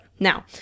Now